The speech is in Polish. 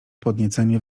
podniecenie